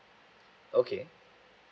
okay